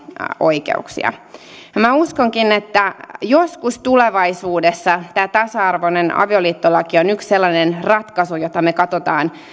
oikeuksia minä uskonkin että joskus tulevaisuudessa tämä tasa arvoinen avioliittolaki on yksi sellainen ratkaisu jota me katsomme